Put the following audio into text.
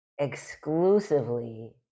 exclusively